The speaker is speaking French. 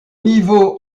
niveau